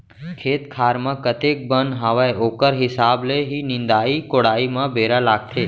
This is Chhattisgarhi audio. खेत खार म कतेक बन हावय ओकर हिसाब ले ही निंदाई कोड़ाई म बेरा लागथे